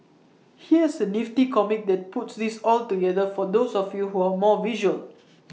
here's A nifty comic that puts this all together for those of you who are more visual